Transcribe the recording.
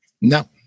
No